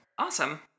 Awesome